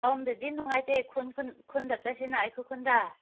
ꯁꯣꯝꯗꯗꯤ ꯅꯨꯡꯉꯥꯏꯇꯦ ꯈꯨꯟ ꯈꯨꯟ ꯈꯨꯟꯗ ꯆꯠꯁꯤꯅ ꯑꯩꯈꯣꯏ ꯈꯨꯟꯗ